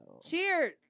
Cheers